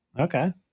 okay